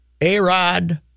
A-Rod